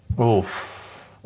Oof